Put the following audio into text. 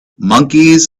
monkeys